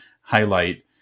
highlight